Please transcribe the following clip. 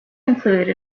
include